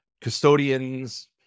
custodians